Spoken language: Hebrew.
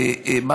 באמת,